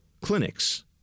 clinics